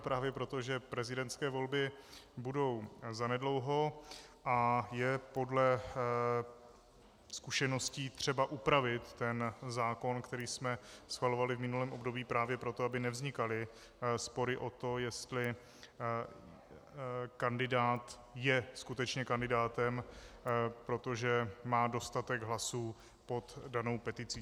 Právě proto, že prezidentské volby budou zanedlouho a je podle zkušeností třeba upravit zákon, který jsme schvalovali v minulém období, právě proto, aby nevznikaly spory o to, jestli kandidát je skutečně kandidátem, protože má dostatek hlasů pod danou peticí.